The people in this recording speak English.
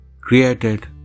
created